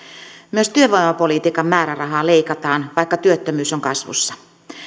myös työvoimapolitiikan määrärahaa leikataan vaikka työttömyys on kasvussa